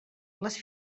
les